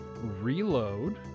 Reload